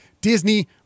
Disney